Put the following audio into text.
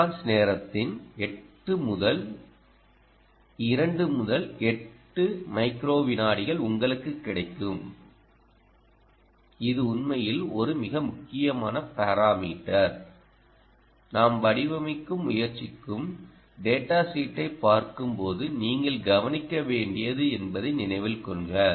response நேரத்தின் 8 முதல் 2 முதல் 8 மைக்ரோ விநாடிகள் உங்களுக்குக் கிடைக்கும் இது உண்மையில் ஒரு மிக முக்கியமான பாராமீட்டர்நாம் வடிவமைக்க முயற்சிக்கும் டேடா ஷீட்டைப் பார்க்கும்போது நீங்கள் கவனிக்க வேண்டியது என்பதை நினைவில் கொள்க